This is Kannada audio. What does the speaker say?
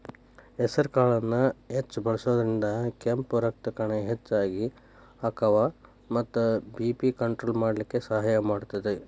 ಹೆಸರಕಾಳನ್ನ ಹೆಚ್ಚ್ ಬಳಸೋದ್ರಿಂದ ಕೆಂಪ್ ರಕ್ತಕಣ ಹೆಚ್ಚಗಿ ಅಕ್ಕಾವ ಮತ್ತ ಬಿ.ಪಿ ಕಂಟ್ರೋಲ್ ಮಾಡ್ಲಿಕ್ಕೆ ಸಹಾಯ ಮಾಡ್ತೆತಿ